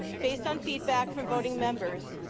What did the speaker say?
based on feedback from voting members,